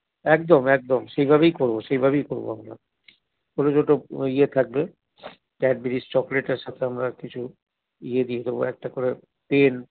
একদম একদম সেভাবেই করবো সেভাবেই করবো আমরা ছোটো ছোটো ঐ ইয়ে থাকবে ক্যাডবেরিস চকোলেটের সাথে আমরা কিছু ইয়ে দিয়ে দেবো একটা করে পেন